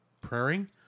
praying